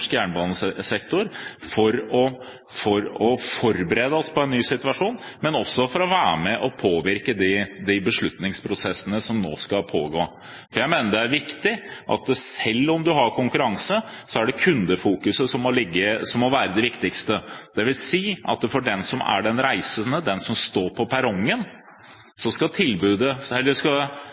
jernbanesektor for å forberede oss på en ny situasjon, og også for å være med på å påvirke de beslutningsprosessene som nå pågår. Jeg mener det er viktig at selv om man har konkurranse, er det kundefokuseringen som må være det viktigste. Det vil si at for den reisende, for den som står på perrongen, skal tilbudet